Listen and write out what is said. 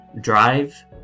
drive